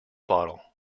bottle